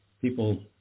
people